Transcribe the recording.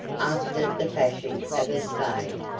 after the fashion of a spade.